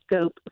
scope